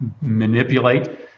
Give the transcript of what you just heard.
manipulate